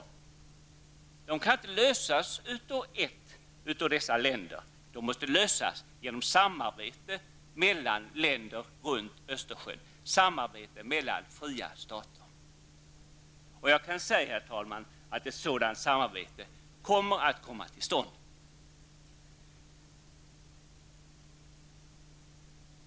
Dessa frågor kan inte lösas av ett dessa länder, utan de måste lösas genom samarbete mellan länderna runt Östersjön, genom samarbete mellan fria stater. Och jag kan säga, herr talman, att ett sådant samarbete kommer att komma till stånd.